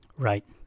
Right